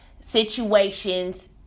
situations